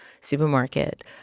supermarket